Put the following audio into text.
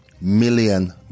million